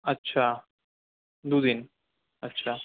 আচ্ছা দুদিন আচ্ছা